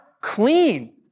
clean